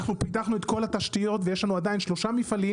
אנחנו פיתחנו את כל התשתיות ויש לנו עדיין שלושה מפעלים